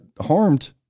harmed